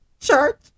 church